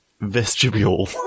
vestibule